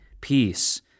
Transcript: peace